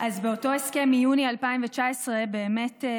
באותו הסכם מיוני 2019 באמת